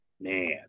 man